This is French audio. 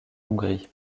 hongrie